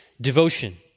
devotion